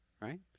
right